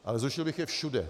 Ale zrušil bych je všude.